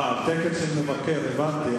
על תקן של מבקר, הבנתי.